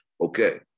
Okay